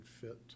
fit